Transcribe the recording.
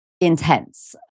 Intense